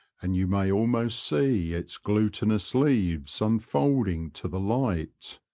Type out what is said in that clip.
and you may almost see its glutinous leaves unfolding to the light.